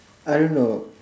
I don't know